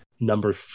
number